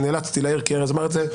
נאלצתי להעיר כי ארז אמר את זה,